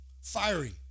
fiery